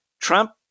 Trump